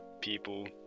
people